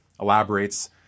elaborates